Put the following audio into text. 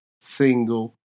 single